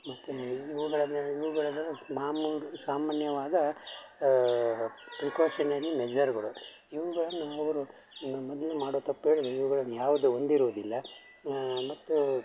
ಮತ್ತೆ ಇವುಗಳನ್ನು ಇವುಗಳನ್ನು ಮಾಮೂಲು ಸಾಮಾನ್ಯವಾದ ಪ್ರಿಕಾಶನರಿ ಮೆಜರ್ಗಳು ಇವುಗಳನ್ನು ಒಬ್ಬಬ್ಬರು ಮೊದಲು ಮಾಡೋ ತಪ್ಪೇಳ್ದ್ರೆ ಇವ್ಗಳನ್ನು ಯಾವುದೂ ಹೊಂದಿರುವುದಿಲ್ಲ ಮತ್ತು